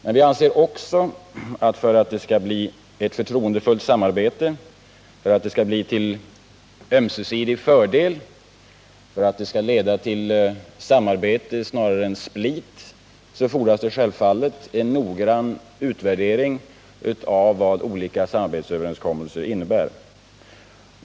Men vi anser också att det, för att det skall bli ett förtroendefullt samarbete, bli till ömsesidig fördel och leda till samarbete snarare än split, självfallet fordras en noggrann utvärdering av vad olika samarbetsöverenskommelser innebär.